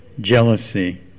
jealousy